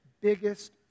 biggest